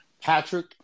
Patrick